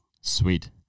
Sweet